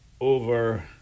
over